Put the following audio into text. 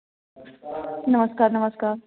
नमस्कार नमस्कार नमस्कार